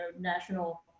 national